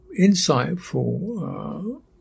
insightful